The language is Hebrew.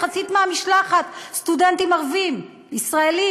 מחצית מהמשלחת סטודנטים ערבים ישראלים,